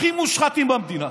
הכי מושחתים במדינה.